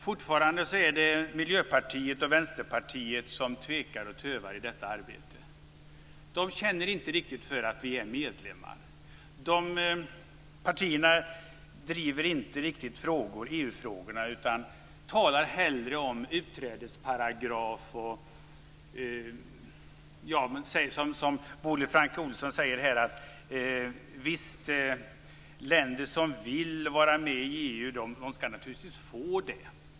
Fortfarande är det Miljöpartiet och Vänsterpartiet som tvekar och tövar i detta arbete. De känner inte riktigt för att vi är medlemmar. De här partierna driver inte riktigt EU frågorna utan talar hellre om en utträdesparagraf. Bodil Francke Ohlsson säger: Visst, länder som vill vara med i EU skall naturligtvis få det.